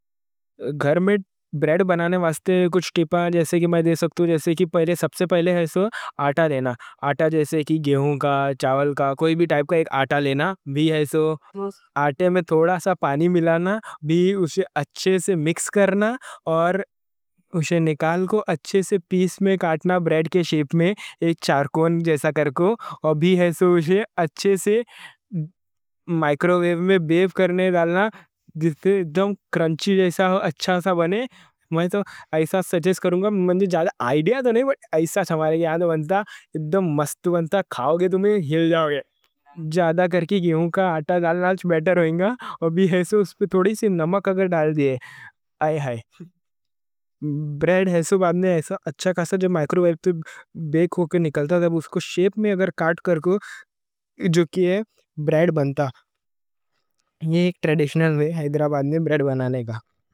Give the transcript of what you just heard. گھر میں بریڈ بنانے واسطے کچھ ٹِپا جیسے کہ میں دے سکتا ہوں۔ سب سے پہلے آٹا لینا، آٹا جیسے کہ گہوں کا، چاول کا، کوئی بھی ٹائپ کا آٹا لینا۔ آٹے میں تھوڑا سا پانی ملانا، اسے اچھے سے مکس کرنا۔ اور اسے نکال کو پیس میں کٹنا، بریڈ کے شیپ میں، ایک چارکون جیسا کر کو۔ اور بھی اسے اچھے سے مائیکروویو میں بیک کرنے ڈالنا، جیسے ادھم کرنچی جیسا ہو، اچھا سا بنے۔ میں تو ایسا سجیس کروں گا، مجھے زیادہ آئیڈیا تو نہیں، پر ایسا ہمارے یہاں تو بنتا، ادھم مستو بنتا۔ کھاؤ گے تم ہل جاؤ گے۔ زیادہ کرکی گہوں کا آٹا ڈالنا، جیسے بیٹر ہوئیں گا۔ ابھی ایسے اس پر تھوڑی سی نمک اگر ڈال دیے، بعد میں جب مائیکروویو تو بیک ہو کے نکلتا، تب اس کو شیپ میں اگر کٹ کر کو، جو کی ہے بریڈ بنتا۔ یہ ایک ٹریڈیشنل وے، حیدرآباد میں بریڈ بنانے کا۔